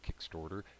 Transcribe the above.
Kickstarter